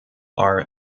are